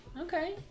Okay